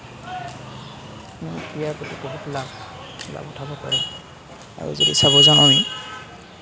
ইয়াৰ পৰা বহুত লাভ লাভ উঠাব পাৰে আৰু যদি চাব যাওঁ আমি